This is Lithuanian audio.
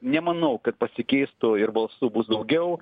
nemanau kad pasikeistų ir balsų bus daugiau